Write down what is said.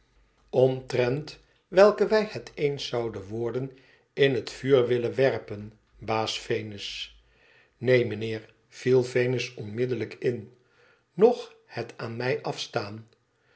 omtrent welke wij het eens zouden worden in het vuur willen werpen baasvenusi neen mijnheer viel venus onmiddellijk in noch het aan mij afstaan